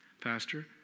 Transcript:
Pastor